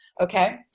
Okay